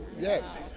Yes